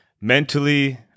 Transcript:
mentally